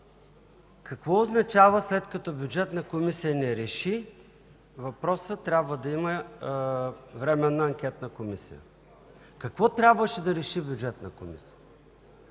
какво означава, че след като Бюджетна комисия не реши въпроса, трябва да има Временна анкетна комисия? Какво трябваше да реши Бюджетната комисия?